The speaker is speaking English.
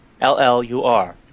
L-L-U-R